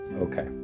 okay